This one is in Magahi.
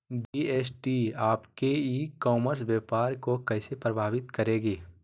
जी.एस.टी आपके ई कॉमर्स व्यापार को कैसे प्रभावित करेगी?